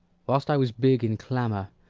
whilst i was big in clamour,